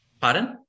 Pardon